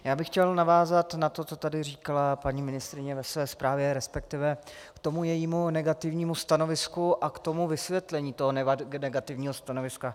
Já bych chtěl navázat na to, co tady říkala paní ministryně ve své zprávě, resp. k tomu jejímu negativnímu stanovisku a k vysvětlení toho negativního stanoviska.